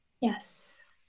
Yes